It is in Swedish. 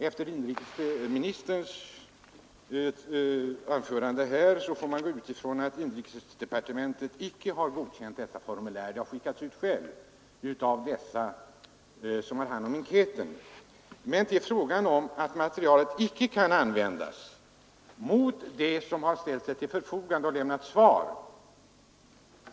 Efter vad inrikesministern nu har anfört får man utgå från att inrikesdepartementet icke har godkänt formuläret — det har skickats ut av dem som har haft hand om enkäten. Vad det nu är fråga om är emellertid att materialet icke kan få användas mot dem som ställt sig till förfogande och lämnat svar.